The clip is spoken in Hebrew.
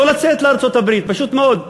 לא לצאת לארצות-הברית, פשוט מאוד.